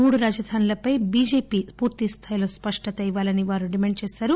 మూడు రాజధానులపై బిజెపి పూర్తిస్థాయిలో స్పస్టత ఇవ్వాలని వారు డిమాండ్ చేశారు